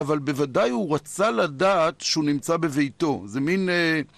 אבל בוודאי הוא רצה לדעת שהוא נמצא בביתו. זה מין...